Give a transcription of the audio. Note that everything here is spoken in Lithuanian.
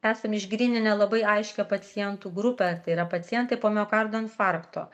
esam išgryninę labai aiškią pacientų grupę tai yra pacientai po miokardo infarkto